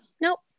nope